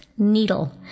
Needle